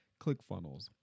ClickFunnels